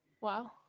Wow